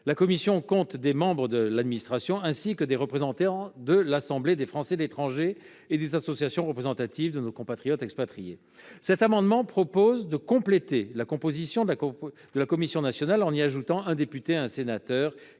la commission compte des membres de l'administration, ainsi que des représentants de l'Assemblée des Français de l'étranger et des associations représentatives de nos compatriotes expatriés. Cet amendement vise à compléter la composition de la commission nationale, en y ajoutant un député et un sénateur